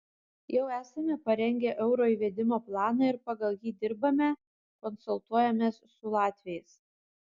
jau esame parengę euro įvedimo planą ir pagal jį dirbame konsultuojamės su latviais